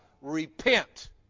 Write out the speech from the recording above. Repent